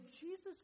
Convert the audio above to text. Jesus